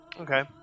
Okay